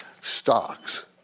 stocks